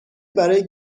برای